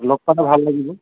লগ পালে ভাল লাগিব